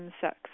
sex